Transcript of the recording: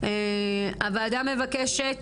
הוועדה מבקשת